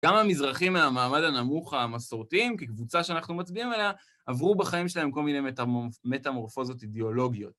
גם המזרחים מהמעמד הנמוך המסורתיים, כקבוצה שאנחנו מצביעים עליה, עברו בחיים שלהם כל מיני מטמורפוזות אידיאולוגיות.